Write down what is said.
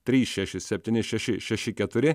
trys šeši septyni šeši šeši keturi